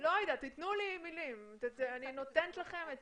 אני נותנת לכם את